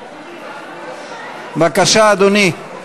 בבקשה, אדוני,